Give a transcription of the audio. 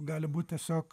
gali būt tiesiog